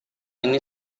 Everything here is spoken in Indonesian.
ini